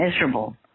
miserable